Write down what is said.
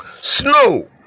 Snow